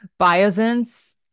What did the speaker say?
BioSense